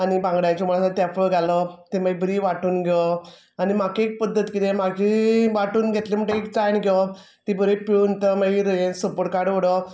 आनी बांगड्याचें हुमण आसा तेफळ घालप ते मागीर बरी वांटून घेवप आनी म्हाक एक पद्दत किदें मागी वांटून घेतलें म्हणट एक चाळण घेवोप ती बरें पिळून त मागीर हें सप्पर काडू उडोवप